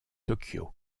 tokyo